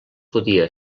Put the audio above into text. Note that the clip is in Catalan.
podia